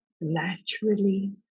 naturally